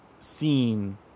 seen